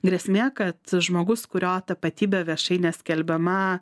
grėsmė kad žmogus kurio tapatybė viešai neskelbiama